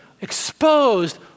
exposed